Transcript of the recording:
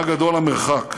מה גדול המרחק